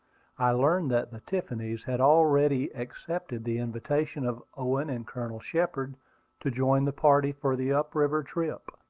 i learned that the tiffanys had already accepted the invitation of owen and colonel shepard to join the party for the up-river trip.